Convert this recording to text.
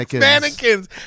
Mannequins